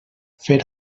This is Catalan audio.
fer